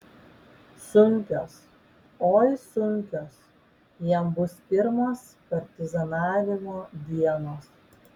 sunkios oi sunkios jam bus pirmos partizanavimo dienos